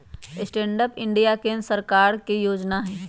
stand up India केंद्र सरकार के जोजना हइ